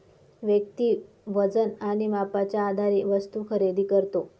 व्यक्ती वजन आणि मापाच्या आधारे वस्तू खरेदी करतो